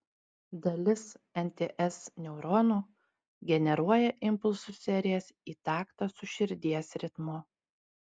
dalis nts neuronų generuoja impulsų serijas į taktą su širdies ritmu